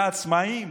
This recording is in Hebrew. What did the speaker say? לעצמאים,